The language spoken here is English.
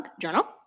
journal